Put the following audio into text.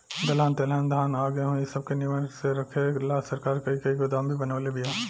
दलहन तेलहन धान आ गेहूँ इ सब के निमन से रखे ला सरकार कही कही गोदाम भी बनवले बिया